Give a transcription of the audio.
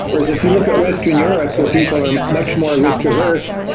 whereas if you look at western europe, where people are much more risk averse,